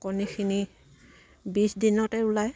কণীখিনি বিছ দিনতে ওলায়